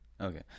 okay